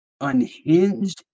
unhinged